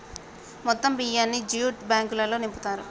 మొత్తం బియ్యాన్ని జ్యూట్ బ్యాగులల్లో నింపుతారు